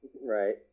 Right